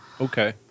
okay